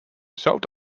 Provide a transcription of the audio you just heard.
zout